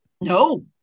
no